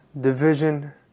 division